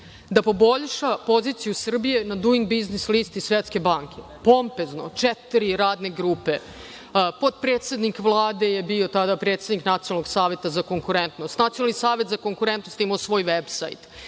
da poboljša poziciju Srbije na „Duing biznis listi“ Svetske banke. Pompezno, četiri radne grupe, potpredsednik Vlade je bio tada predsednik Nacionalnog saveta za konkurentnost. Nacionalni savet za konkurentnost je imao svoj veb sajt.